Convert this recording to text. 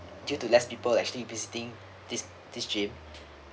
due to less people actually visiting this this gym